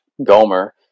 gomer